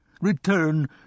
Return